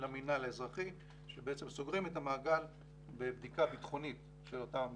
למינהל האזרחי שסוגרים את המעגל בבדיקה ביטחונית של אותה